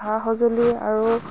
সা সঁজুলি আৰু